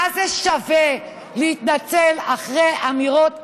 מה זה שווה להתנצל אחרי אמירות כאלה,